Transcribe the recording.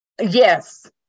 Yes